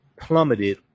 plummeted